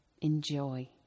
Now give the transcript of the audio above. enjoy